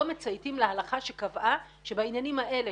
מצייתים להלכה שקבעה שבעניינים האלה,